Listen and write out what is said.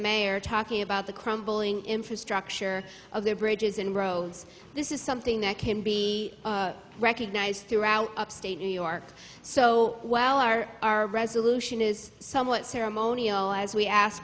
mayor talking about the crumbling infrastructure of their bridges and roads this is something that can be recognized throughout upstate new york so well are our resolution is somewhat ceremonial as we ask